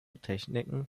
techniken